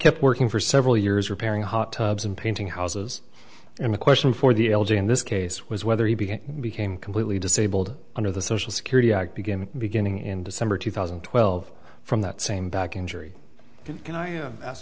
kept working for several years repairing hot tubs and painting houses and the question for the l g in this case was whether he became completely disabled under the social security act beginning beginning in december two thousand and twelve from that same back injury can i ask